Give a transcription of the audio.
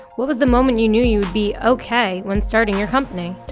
when was the moment you knew you would be okay when starting your company?